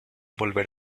volver